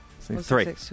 Three